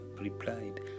replied